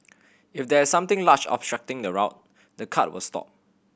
if there is something large obstructing the route the cart will stop